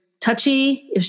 touchy